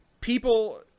people